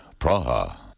Praha